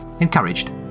Encouraged